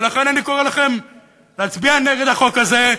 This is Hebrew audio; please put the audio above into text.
ולכן אני קורא לכם להצביע נגד החוק הזה,